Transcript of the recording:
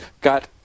got